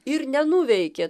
ir nenuveikė